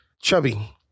Chubby